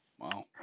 Wow